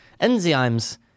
Enzymes